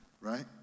right